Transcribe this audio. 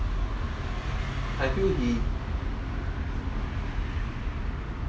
I feel the